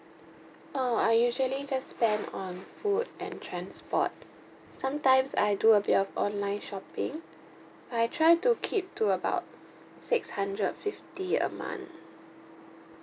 oh I usually just spend on food and transport sometimes I do a bit of online shopping but I try to keep to about six hundred fifty a month